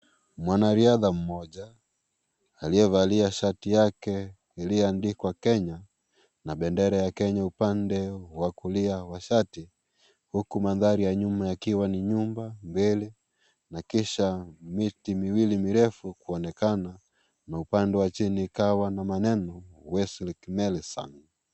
Mwanariadha mmoja aliyevalia shati yake iliyoandikwa kenya na bendera ya Kenya upande wa shati huku mandarin ya nyuma yakiwa ni nyumba mbele na kisha miti miwili mirefu kuonekana na upande wa chini ukawa na maneno Wesley Kimeli Sang.